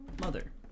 mother